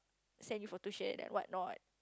send you for tuition and whatnot